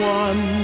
one